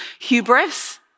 hubris